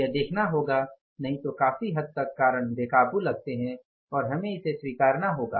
तो यह देखना होगा नहीं तो काफी हद तक कारण बेकाबू लगते हैं और हमे इसे स्वीकारना होगा